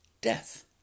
death